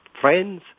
friends